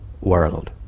world